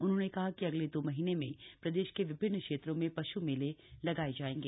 उन्होंने कहा कि अगले दो महिने में प्रदेश के विभिन्न क्षेत्रों में पश् मेले लगाये जायेंगे